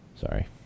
Sorry